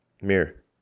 mirror